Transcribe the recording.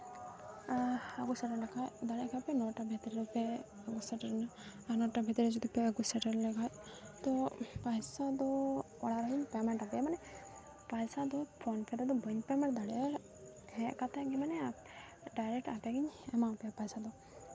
ᱟᱨ ᱟᱵᱚ ᱥᱟᱨᱟ ᱱᱟᱠᱷᱟᱡ ᱫᱟᱲᱮᱭᱟᱜ ᱠᱷᱟᱡ ᱯᱮ ᱱᱚᱴᱟ ᱵᱷᱤᱛᱤᱨ ᱛᱮ ᱥᱮᱴᱮᱨᱚᱜ ᱨᱮᱱᱟᱜ ᱱᱚᱴᱟ ᱵᱷᱤᱛᱤᱨ ᱨᱮ ᱡᱚᱫᱤ ᱯᱮ ᱟᱹᱜᱩ ᱥᱮᱴᱮᱨ ᱞᱮᱱᱠᱷᱟᱡ ᱛᱚ ᱯᱚᱭᱥᱟ ᱫᱚ ᱚᱲᱟᱜ ᱨᱮᱜᱮᱧ ᱯᱮᱢᱮᱴ ᱟᱯᱮᱭᱟ ᱢᱟᱱᱮ ᱯᱚᱭᱥᱟ ᱫᱚ ᱯᱷᱳᱱᱯᱮ ᱨᱮᱫᱚ ᱵᱟᱹᱧ ᱯᱮᱭᱢᱮᱴ ᱫᱟᱲᱮᱭᱟᱜᱼᱟ ᱦᱮᱡ ᱠᱟᱛᱮᱫ ᱜᱮ ᱢᱟᱱᱮ ᱰᱟᱭᱨᱮᱠᱴ ᱟᱯᱮᱜᱮᱧ ᱮᱢᱟᱯᱮᱭᱟ ᱯᱚᱭᱥᱟ ᱫᱚ